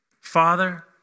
Father